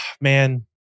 man